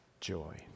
joy